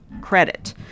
credit